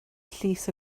llys